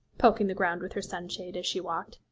poking the ground with her sunshade as she walked,